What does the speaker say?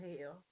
hell